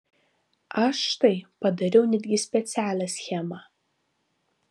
aš štai padariau netgi specialią schemą